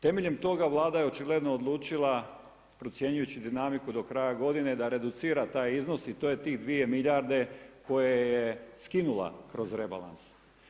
Temeljem toga Vlada je očigledno odučila procjenjujući dinamiku do kraja godine da reducira taj iznos i to je tih 2 milijarde koje je skinula kroz rebalans.